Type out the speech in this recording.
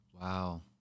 wow